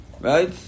right